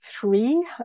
three